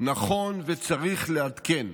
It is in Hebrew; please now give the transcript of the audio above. נכון וצריך לעדכן.